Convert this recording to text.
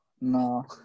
no